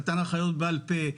נתן הנחיות בעל פה,